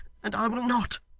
and i will not.